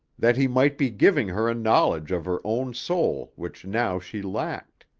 that he might be giving her a knowledge of her own soul which now she lacked.